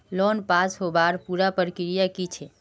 Loan पास होबार पुरा प्रक्रिया की छे?